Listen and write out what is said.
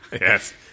Yes